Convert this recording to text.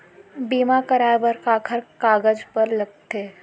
बीमा कराय बर काखर कागज बर लगथे?